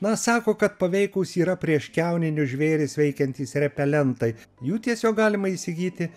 na sako kad paveikūs yra prieš kiauninius žvėris veikiantys repelentai jų tiesiog galima įsigyti